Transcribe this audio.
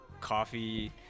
Coffee